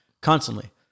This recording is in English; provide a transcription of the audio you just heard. constantly